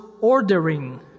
ordering